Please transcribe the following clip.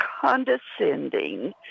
condescending